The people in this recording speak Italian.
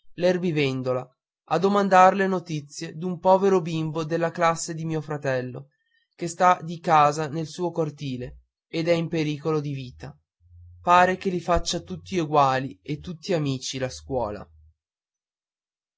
l'erbivendola a domandarle notizie d'un povero bimbo della classe di mio fratello che sta di casa nel suo cortile ed è in pericolo di vita pare che li faccia tutti eguali e tutti amici la scuola